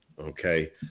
Okay